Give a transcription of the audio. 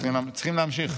צריכים להמשיך.